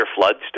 floods